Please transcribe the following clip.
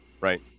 Right